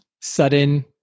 Sudden